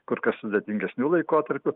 kur kas sudėtingesnių laikotarpių